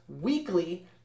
weekly